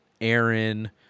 Aaron